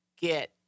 get